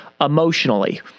emotionally